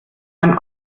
ein